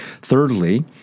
Thirdly